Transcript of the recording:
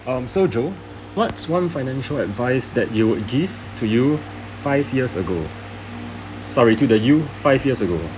um so joe what's one financial advice that you'll give to you five years ago sorry to the you five years ago